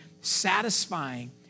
satisfying